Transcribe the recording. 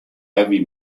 heavy